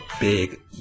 big